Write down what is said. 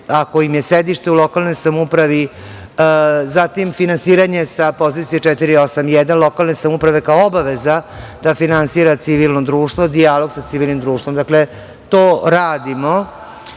ako im je sedište u lokalnoj samoupravi, zatim finansiranje sa pozicije 481. lokalne samouprave kao obaveza da finansira civilno društvo, dijalog sa civilnim društvom. Dakle, to radimo